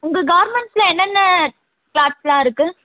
உங்கள் கார்மெண்ட்ஸ்சில் என்னென்ன க்ளாத்ஸெல்லாம் இருக்குது